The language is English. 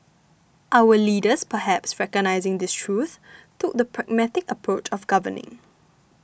our leaders perhaps recognising this truth took the pragmatic approach of governing